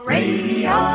Radio